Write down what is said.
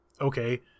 okay